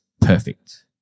perfect